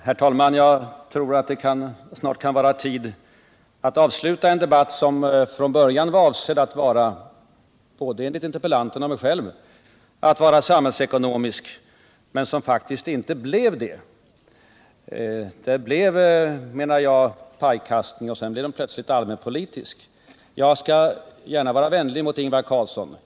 Herr talman! Jag tror att det snart kan vara tid att avsluta en debatt som från början var avsedd att vara — både enligt interpellanten och mig själv — samhällsekonomisk, men som faktiskt inte blev det. Jag menar att det blev pajkastning — och sedan blev debatten plötsligt allmänpolitisk. Jag skall gärna vara vänlig mot Ingvar Carlsson.